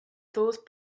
those